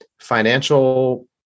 financial